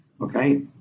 Okay